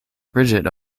bridget